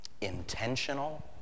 intentional